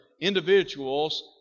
Individuals